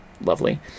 lovely